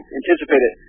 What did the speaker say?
anticipated